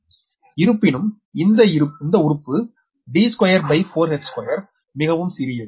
இருப்பினும் இந்த உறுப்பு D24h2 மிகவும் சிறியது